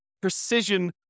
precision